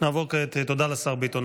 תודה לשר ביטון.